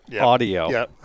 audio